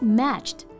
matched